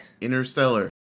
Interstellar